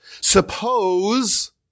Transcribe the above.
Suppose